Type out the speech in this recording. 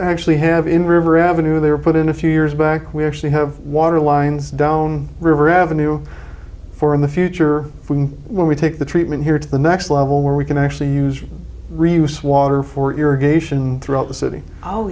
actually have in river avenue they were put in a few years back we actually have water lines down river avenue for in the future when we take the treatment here to the next level where we can actually use reuse water for irrigation throughout the city oh